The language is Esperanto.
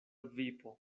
vipo